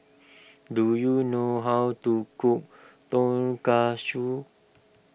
do you know how to cook Tonkatsu